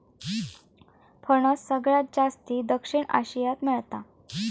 फणस सगळ्यात जास्ती दक्षिण आशियात मेळता